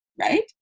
Right